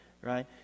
right